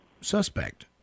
suspect